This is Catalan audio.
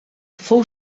fou